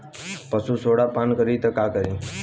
पशु सोडा पान करी त का करी?